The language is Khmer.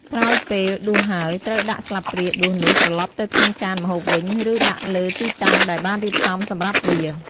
ក្រោយពេលដួសហើយ ត្រូវដាក់ស្លាបព្រាដួសនោះត្រឡប់ទៅក្នុងចានម្ហូបវិញ ឬដាក់លើទីតាំងដែលបានរៀបចំសម្រាប់វា។